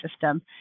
system